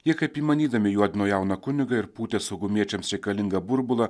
jie kaip įmanydami juodino jauną kunigą ir pūtė saugumiečiams reikalingą burbulą